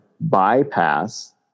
bypass